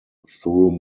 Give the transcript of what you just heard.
through